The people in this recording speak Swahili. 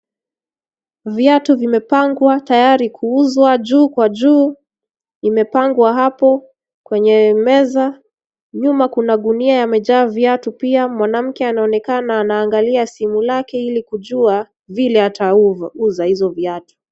Viatu vimepangwa tayari kuuzwa juu kwa juu imepangwa hapo kwenye meza. Nyuma kuna gunia imejaa viatu pia. Mwanamke anaonekana anaangalia simu yake ili kujua vile atauza hizo viatu.